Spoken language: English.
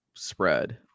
spread